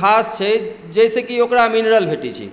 घास छै जाहिसँ कि ओकरा मिनरल भेटैत छै